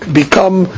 become